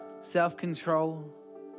self-control